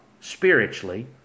spiritually